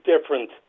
different